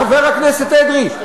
חבר הכנסת אדרי,